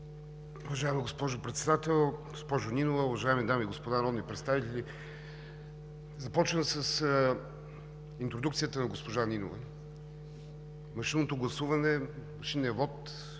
Уважаема госпожо Председател, госпожо Нинова, уважаеми дами и господа народни представители! Започвам с интродукцията на госпожа Нинова. Машинното гласуване, машинният вот